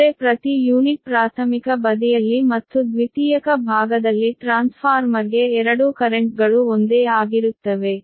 ಅಂದರೆ ಪ್ರತಿ ಯೂನಿಟ್ ಪ್ರಾಥಮಿಕ ಬದಿಯಲ್ಲಿ ಮತ್ತು ದ್ವಿತೀಯಕ ಭಾಗದಲ್ಲಿ ಟ್ರಾನ್ಸ್ಫಾರ್ಮರ್ಗೆ ಎರಡೂ ಕರೆಂಟ್ಗಳು ಒಂದೇ ಆಗಿರುತ್ತವೆ